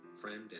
friend